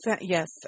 Yes